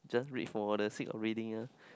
just read for the sake of reading ah